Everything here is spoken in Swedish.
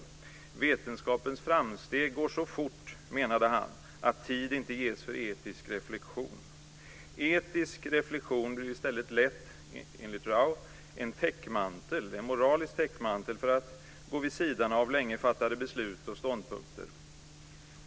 Vetenskapens framsteg går så fort, menade han, att tid inte ges för etisk reflexion. Etisk reflexion blir enligt Rau i stället lätt en moralisk täckmantel för att gå vid sidan av sedan länge fattade beslut och ståndpunkter.